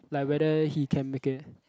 like whether he can make it